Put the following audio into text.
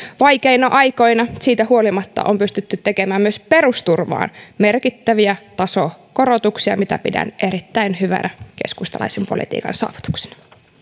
vaikeina aikoina niistä huolimatta on pystytty tekemään myös perusturvaan merkittäviä tasokorotuksia mitä pidän erittäin hyvänä keskustalaisen politiikan saavutuksena